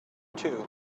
too